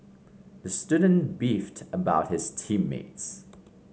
the student beefed about his team mates